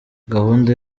gahunda